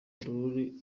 korari